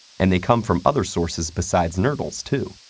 and they come from other sources besides nurdles, too.